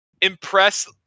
Impress